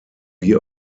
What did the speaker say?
wie